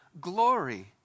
glory